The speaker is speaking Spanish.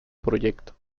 proyecto